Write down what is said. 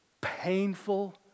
painful